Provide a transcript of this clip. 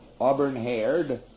auburn-haired